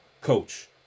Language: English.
coach